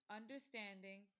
understanding